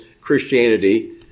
Christianity